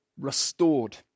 restored